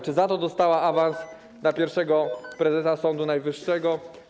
Czy za to dostała awans na pierwszego prezesa Sądu Najwyższego?